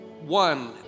One